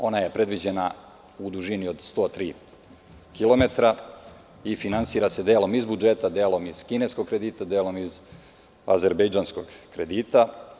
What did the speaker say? Ona je predviđena u dužini od 103 kilometara i finansira se delom iz budžeta, delom iz kineskog kredita i delom iz azerbejdžanskog kredita.